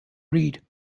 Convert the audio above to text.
reid